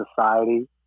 society